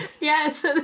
Yes